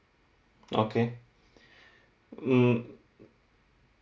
okay mm